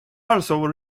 also